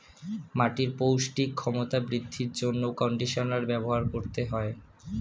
মাটির পৌষ্টিক ক্ষমতা বৃদ্ধির জন্য কন্ডিশনার ব্যবহার করতে হয়